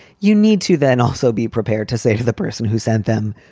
you need to then also be prepared to say to the person who sent them,